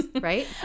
right